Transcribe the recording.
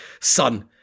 son